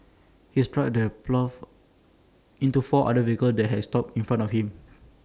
his truck then ploughed into four other vehicles that had stopped in front of him